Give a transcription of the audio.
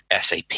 SAP